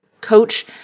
coach